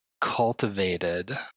cultivated